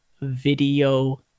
video